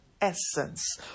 essence